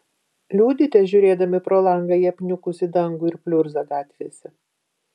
liūdite žiūrėdami pro langą į apniukusį dangų ir pliurzą gatvėse